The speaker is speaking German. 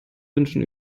wünschen